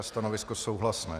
Stanovisko souhlasné.